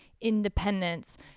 independence